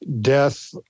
death